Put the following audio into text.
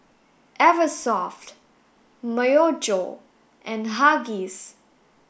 Eversoft Myojo and Huggies